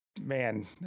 man